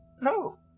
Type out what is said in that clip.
No